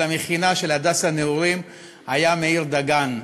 המכינה של "הדסה נעורים" היה מאיר דגן,